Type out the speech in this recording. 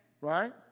Right